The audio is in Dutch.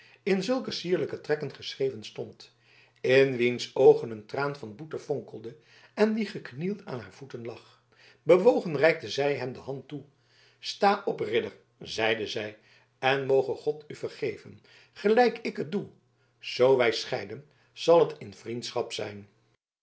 in zulke sierlijke trekken geschreven stond in wiens oogen een traan van boete fonkelde en die geknield aan haar voeten lag bewogen reikte zij hem de hand toe sta op ridder zeide zij en moge god u vergeven gelijk ik het doe zoo wij scheiden zal het in vriendschap zijn